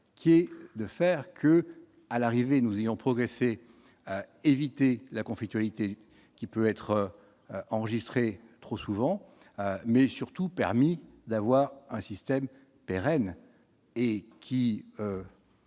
qui est de faire que, à l'arrivée, nous ayons progressé éviter la conflictualité qui peut être enregistrée trop souvent mais surtout permis d'avoir un système pérenne et qui